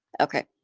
Okay